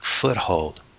foothold